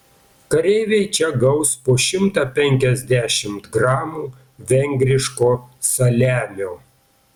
kareiviai čia gaus po šimtą penkiasdešimt gramų vengriško saliamio